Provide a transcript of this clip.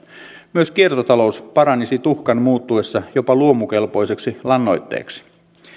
myös kiertotalous paranisi tuhkan muuttuessa jopa luomukelpoiseksi lannoitteeksi